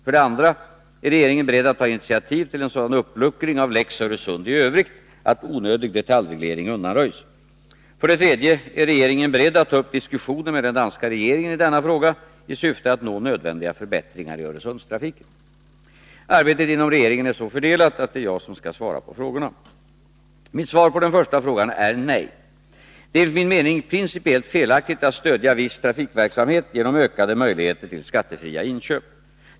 2:ÅTr regeringen beredd att ta initiativ till en sådan uppluckring av lex Öresund i övrigt att onödig detaljreglering undanröjs? 3. Är regeringen beredd att ta upp diskussioner med den danska regeringen i denna fråga, i syfte att nå nödvändiga förbättringar i Öresundstrafiken? Arbetet inom regeringen är så fördelat att det är jag som skall svara på frågorna. Mitt svar på den första frågan är nej. Det är enligt min mening principiellt felaktigt att stödja viss trafikverksamhet genom ökade möjligheter till skattefria inköp.